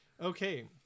Okay